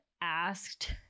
asked